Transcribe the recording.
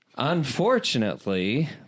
Unfortunately